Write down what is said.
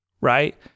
right